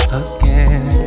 again